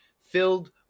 filled